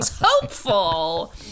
Hopeful